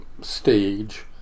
stage